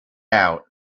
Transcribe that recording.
out